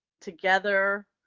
together